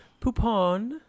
poupon